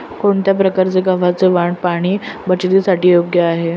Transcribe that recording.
कोणत्या प्रकारचे गव्हाचे वाण पाणी बचतीसाठी योग्य आहे?